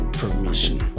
permission